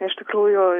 na iš tikrųjų